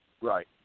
Right